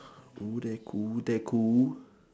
oo that cool that cool